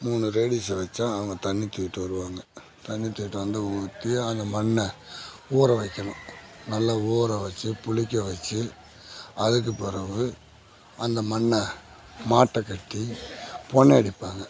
மூணு லேடீஸாக வச்சா அவங்க தண்ணி தூக்கிட்டு வருவாங்க தண்ணி தூக்கிட்டு வந்து ஊற்றி அந்த மண்ணை ஊற வைக்கணும் நல்லா ஊறவச்சு புளிக்கவச்சு அதுக்கு பிறவு அந்த மண்ணை மாட்டை கட்டி பொனையடிப்பாங்க